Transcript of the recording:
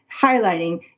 highlighting